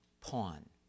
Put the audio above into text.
pawn